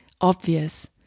obvious